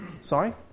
Sorry